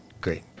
great